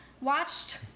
watched